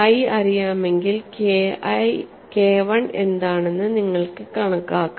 I അറിയാമെങ്കിൽ KIഎന്താണെന്ന് നിങ്ങൾക്ക് കണക്കാക്കാം